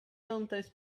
sometimes